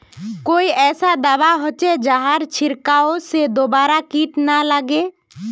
कोई ऐसा दवा होचे जहार छीरकाओ से दोबारा किट ना लगे?